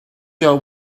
girl